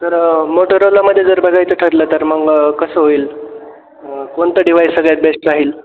sir मोटरोलामध्ये जर बघायचं ठरलं तर मग कसं होईल कोणतं डिव्हाईस सगळ्यांत बेश्ट राहील